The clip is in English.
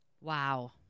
Wow